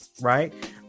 right